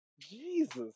Jesus